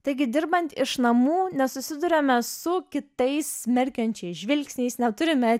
taigi dirbant iš namų nesusiduriame su kitais smerkiančiais žvilgsniais neturime